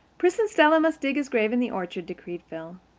pris and stella must dig his grave in the orchard, declared phil,